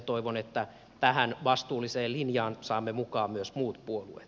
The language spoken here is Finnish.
toivon että tähän vastuulliseen linjaan saamme mukaan myös muut puolueet